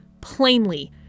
plainly